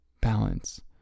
balance